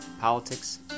politics